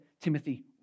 Timothy